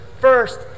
First